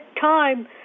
time